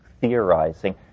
theorizing